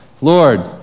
Lord